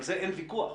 על זה אין ויכוח.